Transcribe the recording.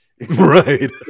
Right